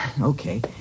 Okay